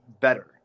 better